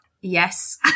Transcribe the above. yes